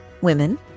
Women